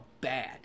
bad